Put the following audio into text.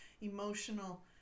emotional